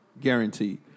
Guaranteed